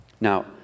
Now